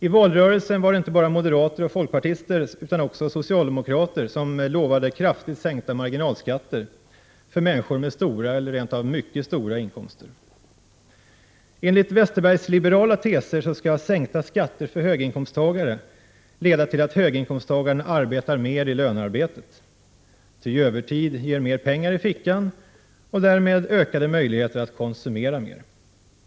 I valrörelsen lovade inte bara moderater och folkpartister utan också socialdemokrater kraftigt sänkta marginalskatter för människor med stora eller rent av mycket stora inkomster. Enligt Westerbergsliberala teser skall sänkta skatter för höginkomsttagare leda till att höginkomsttagaren arbetar mer i lönearbetet. Ty övertid ger mer pengar i fickan och därmed ökade möjligheter att konsumera mer.